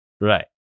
right